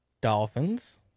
Dolphins